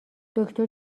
دکتر